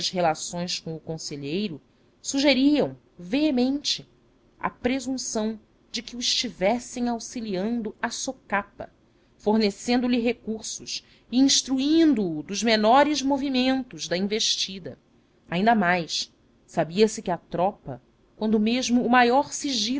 relações com o conselheiro sugeriam veemente a presunção de que o estivessem auxiliando à socapa fornecendo lhe recursos e instruindo o dos menores movimentos da investida ainda mais sabia-se que a tropa quando mesmo o maior sigilo